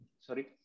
sorry